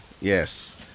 Yes